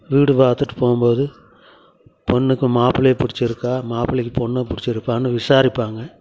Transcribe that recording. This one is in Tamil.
வீடு பார்த்துட்டு போகும்போது பொண்ணுக்கு மாப்பிள்ளைய புடிச்சிருக்கா மாப்பிள்ளைக்கு பொண்ணை பிடிச்சிருக்கான்னு விசாரிப்பாங்க